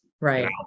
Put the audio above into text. Right